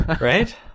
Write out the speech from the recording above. Right